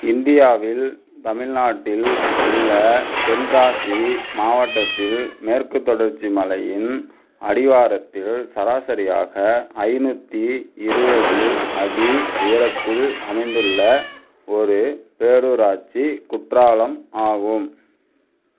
இந்தியாவில் தமிழ்நாட்டில் உள்ள தென்காசி மாவட்டத்தில் மேற்குத் தொடர்ச்சி மலையின் அடிவாரத்தில் சராசரியாக ஐநூற்றி இருபது அடி உயரத்தில் அமைந்துள்ள ஒரு பேரூராட்சி குற்றாலம் ஆகும்